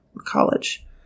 college